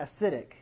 acidic